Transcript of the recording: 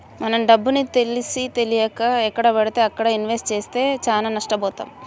మనం డబ్బుని తెలిసీతెలియక ఎక్కడబడితే అక్కడ ఇన్వెస్ట్ చేస్తే చానా నష్టబోతాం